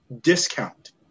discount